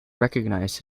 recognized